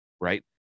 right